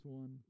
one